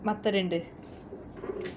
மத்த ரெண்டு:matha rendu